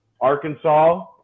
Arkansas